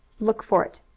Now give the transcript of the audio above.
look for it.